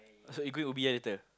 so you going Ubi ah later